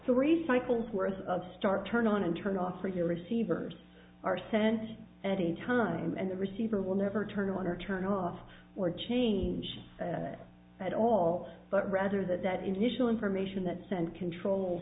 three cycles worth of start turn on and turn off for your receivers are sent at a time and the receiver will never turn on or turn off or change at all but rather that that initial information that sent control